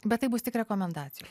bet tai bus tik rekomendacijos